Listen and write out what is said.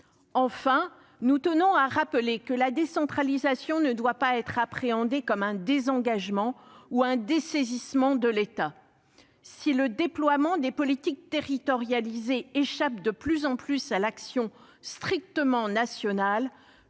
Enfin, nous tenons à rappeler que la décentralisation ne doit pas être appréhendée comme un désengagement ou un dessaisissement de l'État. Si le déploiement des politiques territorialisées échappe de plus en plus à l'action strictement nationale,